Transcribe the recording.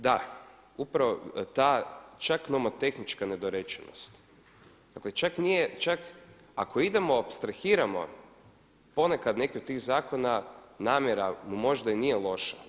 Da upravo ta čak nomotehnička nedorečenost, čak nije, ako idemo apstrahiramo ponekad neki od tih zakona namjera mu možda i nije loša.